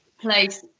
place